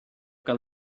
gael